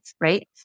right